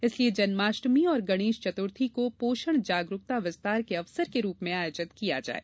इसलिए जन्माष्टमी और गणेश चतुर्थी को पोषण जागरूकता विस्तार के अवसर के रूप में आयोजित किया जाये